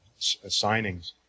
signings